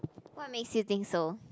what makes you think so